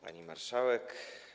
Pani Marszałek!